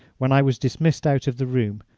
when i was dismissed out of the room,